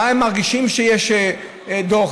מה הם מרגישים כשיש דוח?